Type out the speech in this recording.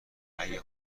اگر